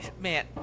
man